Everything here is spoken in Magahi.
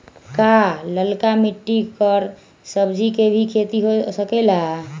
का लालका मिट्टी कर सब्जी के भी खेती हो सकेला?